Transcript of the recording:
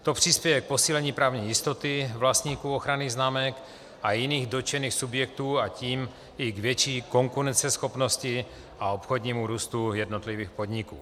To přispěje k posílení právní jistoty vlastníků ochranných známek a jiných dotčených subjektů, a tím i k větší konkurenceschopnosti a obchodnímu růstu jednotlivých podniků.